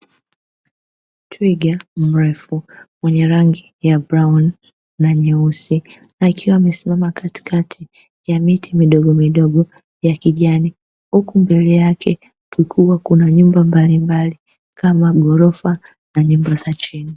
Twiga mrefu mwenye rangi ya brauni na nyeusi akiwa amesimama katikati ya miti midogomidogo ya kijani, huku mbele yake kukiwa kuna nyumba mbalimbali kama ghorofa na nyumba za chini.